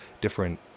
different